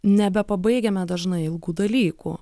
nebepabaigiame dažnai ilgų dalykų